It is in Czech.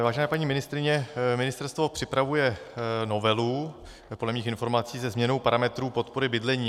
Vážená paní ministryně, Ministerstvo připravuje novelu, podle mých informací se změnou parametrů podpory bydlení.